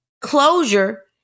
closure